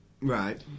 Right